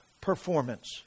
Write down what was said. performance